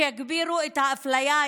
שיגבירו את האפליה,